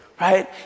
Right